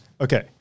Okay